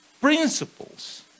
principles